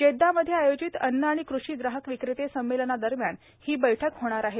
जेद्दामध्ये आयोजित अन्न आणि कृषी ग्राहक विक्रेते संमेलनादरम्यान ही बैठक होणार आहे